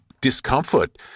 Discomfort